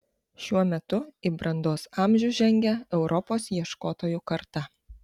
šiuo metu į brandos amžių žengia europos ieškotojų karta